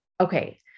Okay